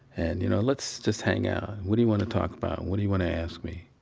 and, you know, let's just hang out. what do you want to talk about? what do you want to ask me?